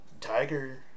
Tiger